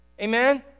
Amen